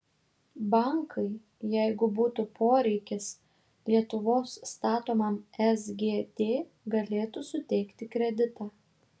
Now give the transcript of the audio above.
bankai jeigu būtų poreikis lietuvos statomam sgd galėtų suteikti kreditą